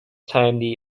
time